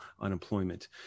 unemployment